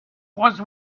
was